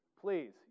Please